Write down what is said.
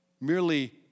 merely